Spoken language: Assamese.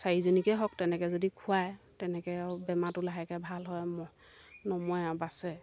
চাৰিজনীকেই হওক তেনেকৈ যদি খুৱায় তেনেকৈ আৰু বেমাৰটো লাহেকৈ ভাল হয় নমৰে আৰু বাচে